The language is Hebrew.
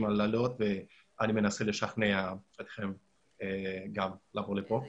לעלות ואני מנסה לשכנע אותם לבוא לכאן.